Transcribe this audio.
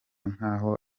nk’aho